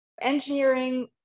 engineering